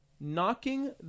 knocking